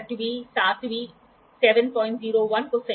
conical workpiece के खिलाफ stand से जुड़ा एक डायल गेज सेट किया गया है